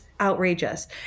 outrageous